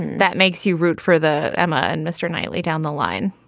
that makes you root for the emma and mr knightley down the line.